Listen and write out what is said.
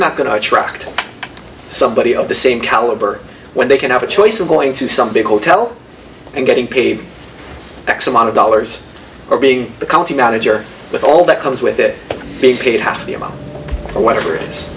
not going to attract somebody of the same caliber when they can have a choice of going to some big hotel and getting paid x amount of dollars are being the county manager with all that comes with it being paid half the amount or whatever it is